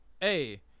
hey